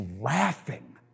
laughing